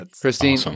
Christine